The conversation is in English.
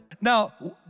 Now